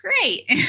Great